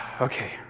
Okay